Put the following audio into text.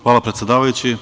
Hvala, predsedavajući.